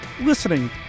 listening